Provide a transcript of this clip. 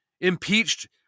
impeached